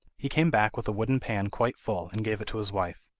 he came back with a wooden pan quite full, and gave it to his wife.